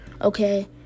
Okay